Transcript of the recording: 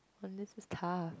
on this car